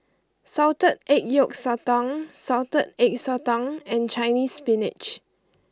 Salted Egg Yolk Sotong Salted Egg Sotong and Chinese Spinach